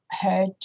heard